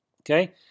okay